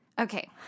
Okay